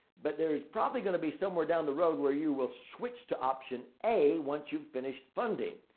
but there's probably going to be somewhere down the road where you will switch to option a once you've finished funding.